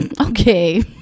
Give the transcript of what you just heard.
okay